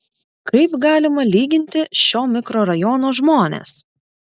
kaip galima lyginti šio mikrorajono žmones